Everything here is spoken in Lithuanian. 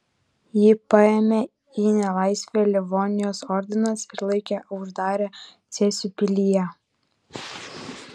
jį paėmė į nelaisvę livonijos ordinas ir laikė uždarę cėsių pilyje